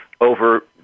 over